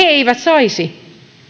eivät saisi